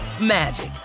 magic